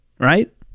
Right